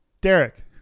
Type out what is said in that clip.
derek